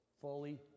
fully